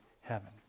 heaven